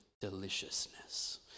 deliciousness